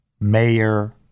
mayor